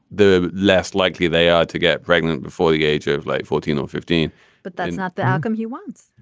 the less likely they are to get pregnant before the age of like fourteen or fifteen point but that is not the outcome he wants.